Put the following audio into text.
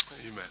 amen